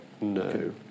No